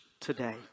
today